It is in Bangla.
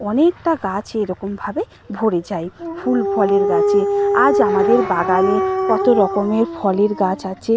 অনেকটা গাছ এরকমভাবে ভরে যায় ফুল ফলের গাছে আজ আমাদের বাগানে কত রকমের ফলের গাছ আছে